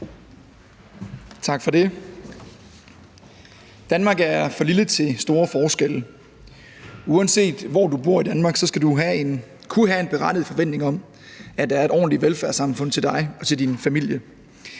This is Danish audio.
Tak for det. Danmark er for lille til store forskelle. Uanset hvor du bor i Danmark, skal du kunne have en berettiget forventning om, at der er et ordentligt velfærdssamfund til dig og din familie.